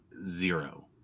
zero